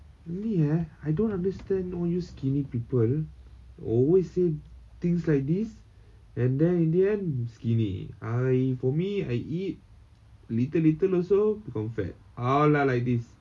ini eh I don't understand all you skinny people always say things like this and then in the end skinny I for me I eat little little also become fat how lah like this